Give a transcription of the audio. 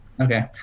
Okay